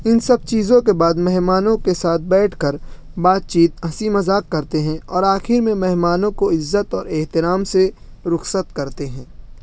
ان سب چیزوں کے بعد مہمانوں کے ساتھ بیٹھ کر بات چیت ہنسی مذاق کرتے ہیں اور آخر میں مہمانوں کو عزت اور احترام سے رخصت کرتے ہیں